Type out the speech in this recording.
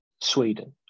Sweden